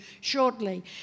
shortly